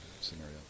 scenario